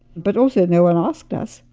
but also no one asked us.